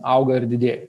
auga ir didėja